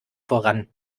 voran